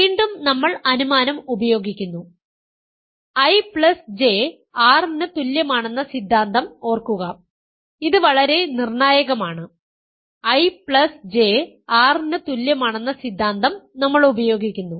വീണ്ടും നമ്മൾ അനുമാനം ഉപയോഗിക്കുന്നു IJ R ന് തുല്യമാണെന്ന സിദ്ധാന്തം ഓർക്കുക ഇത് വളരെ നിർണായകമാണ്IJ R ന് തുല്യമാണെന്ന സിദ്ധാന്തം നമ്മൾ ഉപയോഗിക്കുന്നു